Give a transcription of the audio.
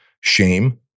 shame